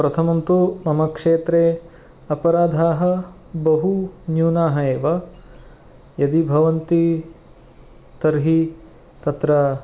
प्रथमं तु मम क्षेत्रे अपराधाः बहु न्यूनाः एव यदि भवन्ति तर्हि तत्र